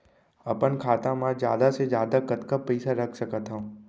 अपन खाता मा जादा से जादा कतका पइसा रख सकत हव?